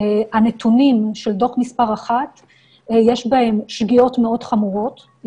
בנתונים של דוח מספר 1 יש שגיאות מאוד חמורות,